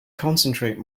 concentrate